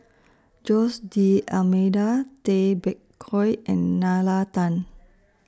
Jose D'almeida Tay Bak Koi and Nalla Tan